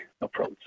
approach